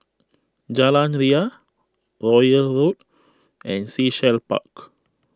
Jalan Ria Royal Road and Sea Shell Park